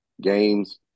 games